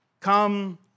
Come